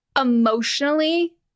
emotionally